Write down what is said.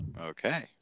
Okay